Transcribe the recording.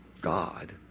God